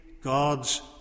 God's